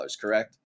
correct